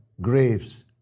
graves